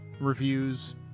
reviews